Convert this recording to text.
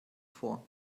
vor